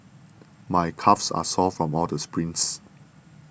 my calves are sore from all the sprints